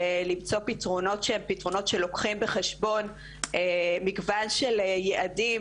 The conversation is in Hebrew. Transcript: למצוא פתרונות שהם פתרונות שלוקחים בחשבון מגוון של יעדים,